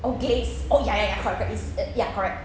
oh glazed oh ya ya ya correct it's ya correct